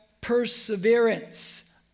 perseverance